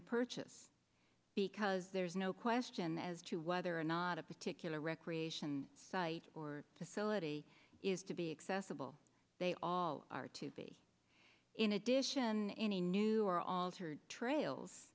the purchase because there's no question as to whether or not a particular recreation site or facility is to be accessible they all are to be in addition any new or altered trails